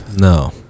No